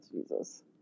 Jesus